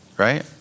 right